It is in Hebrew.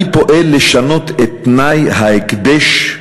אני פועל לשנות את תנאי ההקדש.